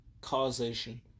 causation